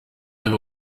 biba